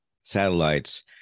satellites